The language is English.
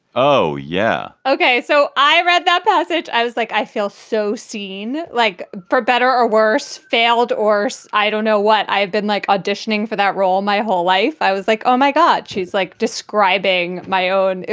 oh, yeah. ok. so i read that passage. i was like, i feel so seen. like, for better or worse, failed or worse. so i don't know what i have been like auditioning for that role my whole life. i was like, oh my god. she's like describing my own.